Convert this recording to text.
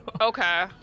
Okay